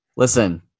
Listen